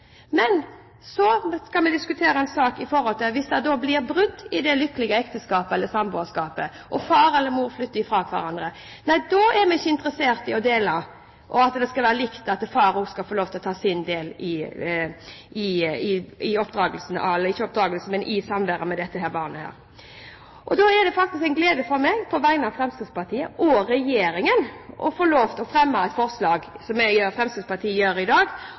Men så diskuterer vi en sak som går på at det blir brudd i det lykkelige ekteskapet eller samboerskapet, og far og mor flytter fra hverandre. Da er man ikke interessert i å dele, i at det skal være likt, eller i at far skal få ta sin del av samværet med barnet. Da er det en glede for meg, på vegne av Fremskrittspartiet – og regjeringen – å få lov til å fremme det forslaget som Fremskrittspartiet gjør i dag,